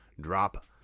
drop